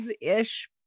ish